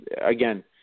again